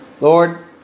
Lord